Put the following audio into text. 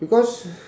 because